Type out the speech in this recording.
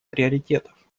приоритетов